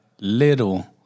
Little